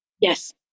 Yes